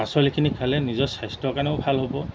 পাচলিখিনি খালে নিজৰ স্বাস্থ্যৰ কাৰণেও ভাল হ'ব